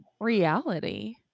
reality